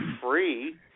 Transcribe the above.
free